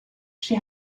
she